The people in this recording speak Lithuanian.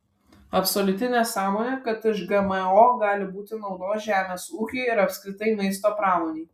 absoliuti nesąmonė kad iš gmo gali būti naudos žemės ūkiui ir apskritai maisto pramonei